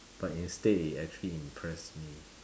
but instead it actually impress me